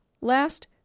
Last